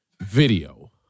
video